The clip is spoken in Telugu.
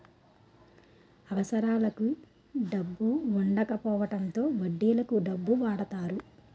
అవసరానికి డబ్బు వుండకపోవడంతో వడ్డీలకు డబ్బు వాడతారు